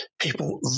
people